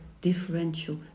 differential